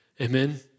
Amen